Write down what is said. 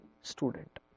student